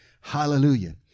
Hallelujah